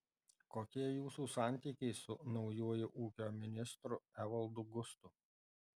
kokie jūsų santykiai su naujuoju ūkio ministru evaldu gustu